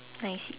I see